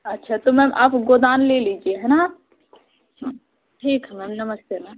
अच्छा तो मैम आप गोदान ले लीजिए है ना आप हाँ ठीक है मैम नमस्ते मैम